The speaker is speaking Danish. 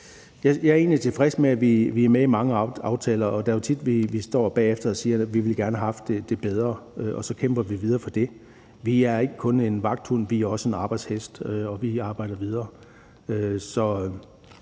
egentlig tilfreds med, at vi er med i mange aftaler. Det er jo tit, vi står bagefter og siger, at vi gerne ville have haft noget bedre, og så kæmper vi videre for det. Vi er ikke kun vagthund; vi er også arbejdsheste, og vi arbejder videre.